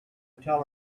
tell